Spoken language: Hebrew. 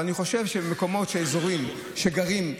אבל אני חושב שבמקומות ואזורים שגרים בהם,